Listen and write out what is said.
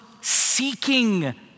seeking